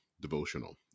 devotional